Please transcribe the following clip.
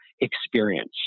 experience